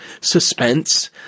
suspense